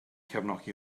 cefnogi